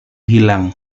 hilang